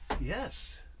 Yes